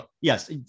yes